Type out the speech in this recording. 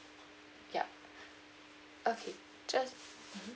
yup okay just mmhmm